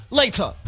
later